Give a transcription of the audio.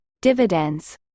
dividends